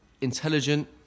intelligent